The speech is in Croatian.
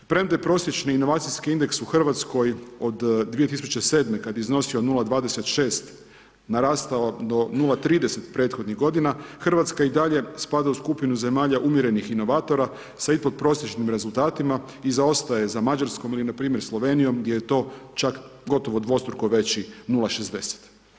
Premda je prosječno inovacijski indeks u Hrvatskoj od 2007. kada je iznosio 0,26 narastao do 0,30 prethodnih godina Hrvatska i dalje spada u skupinu zemalja umjerenih inovatora sa ispodprosječnim rezultatima i zaostaje za Mađarskom ili npr. Slovenijom gdje je to čak gotovo dvostruko veći 0,60.